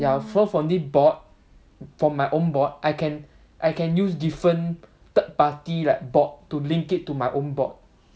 ya so from this bot from my own bot I can I can use different third party like bot to link it to my own bot